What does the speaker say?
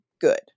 good